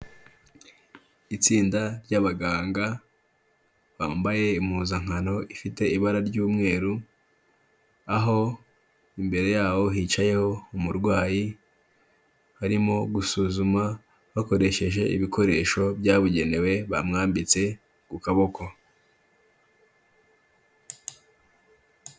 Itsinda ry'abaganga bambaye impuzankano ifite ibara ry'umweru, aho imbere yabo hicayeho umurwayi, barimo gusuzuma bakoresheje ibikoresho byabugenewe bamwambitse ku kaboko.